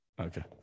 okay